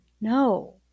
No